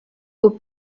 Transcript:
aux